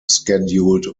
scheduled